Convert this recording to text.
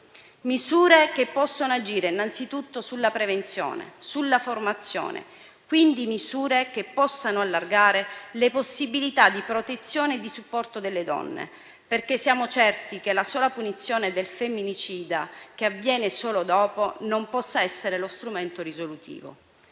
misure che possano agire innanzitutto sulla prevenzione e sulla formazione; quindi, misure che possano allargare le possibilità di protezione e di supporto delle donne, perché siamo certi che la sola punizione del femminicida, che avviene solo dopo, non possa essere lo strumento risolutivo.